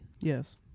Yes